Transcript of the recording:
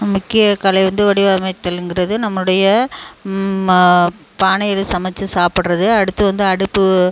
நம் முக்கிய கலை வந்து வடிவமைத்தலுங்கிறது நம்மளுடைய மா பானை இது சமைச்சு சாப்புடுறது அடுத்து வந்து அடுப்பு